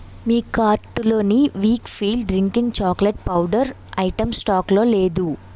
మీ కార్టులోని Weikfield drinking chocolate powder item స్టాకులో లేదు